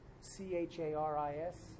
C-H-A-R-I-S